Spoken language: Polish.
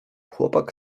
chłopak